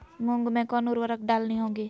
मूंग में कौन उर्वरक डालनी होगी?